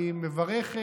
אני מברך,